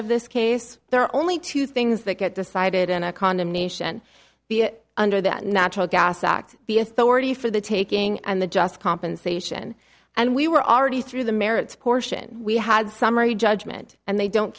of this case there are only two things that get decided in a condemnation the under that natural gas act the authority for the taking and the just compensation and we were already through the merits portion we had summary judgment and they don't